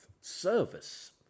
service